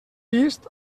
vist